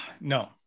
No